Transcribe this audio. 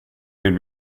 vill